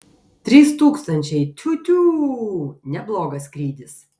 trys tūkstančiai tiū tiū neblogas skrydis